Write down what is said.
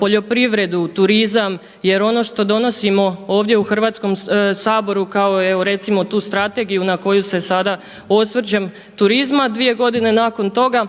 poljoprivredu, turizam? Jer ono što donosimo ovdje u Hrvatskom saboru kao evo recimo tu strategiju na koju se sada osvrćem turizma 2 godine nakon toga